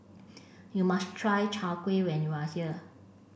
you must try Chai Kueh when you are here